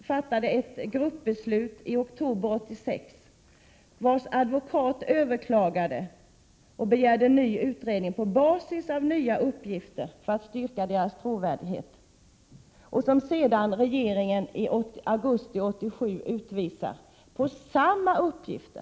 fattade ett gruppbeslut i oktober 1986. Deras advokat överklagade och begärde en ny utredning på basis av nya uppgifter för att styrka deras trovärdighet. Sedan utvisar regeringen dem i augusti 1987 på samma uppgifter.